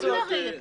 לא צריך,